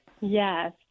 Yes